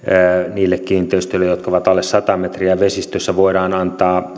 niille kiinteistöille jotka ovat alle sata metriä vesistöstä voidaan antaa